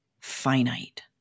finite